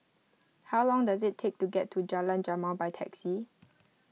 how long does it take to get to Jalan Jamal by taxi